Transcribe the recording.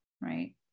Right